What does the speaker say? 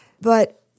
But-